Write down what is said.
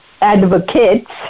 advocates